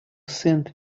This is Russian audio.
сент